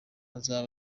bazaba